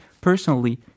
personally